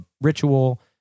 ritual